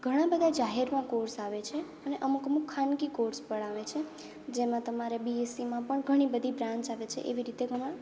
ઘણા બધા જાહેરમાં કોર્સ આવે છે અને અમુક અમુક ખાનગી કોર્સ પણ આવે છે જેમાં તમારે બી એસ સીમાં પણ ઘણી બધી બ્રાન્ચ આવે છે એવી રીતે તમારે